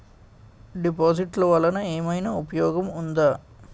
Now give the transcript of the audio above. డిపాజిట్లు వల్ల ఏమైనా ఉపయోగం ఉందా?